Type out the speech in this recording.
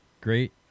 Great